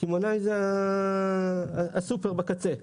קמעונאי זה הסופר בקצה.